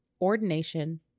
ordination